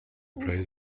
pride